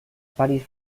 parís